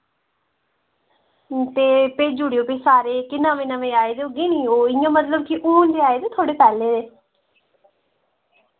ते भेजी ओड़ेओ फ्ही सारे कि नमें नमें आए दे होगे निं ओह् इ'यां मतलब कि हून निं आए दे थोह्ड़े पैह्लें दे